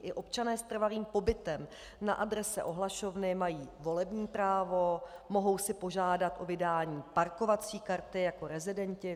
I občané s trvalým pobytem na adrese ohlašovny mají volební právo, mohou si požádat o vydání parkovací karty jako rezidenti.